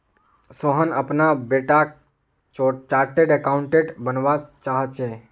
सोहन अपना बेटाक chartered accountant बनवा चाह्चेय